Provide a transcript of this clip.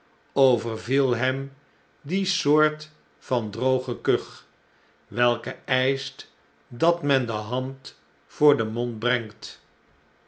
overviel hem die soort van droge kuch welke eischt dat men de hand voor den mond brengt